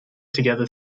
together